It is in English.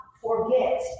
forget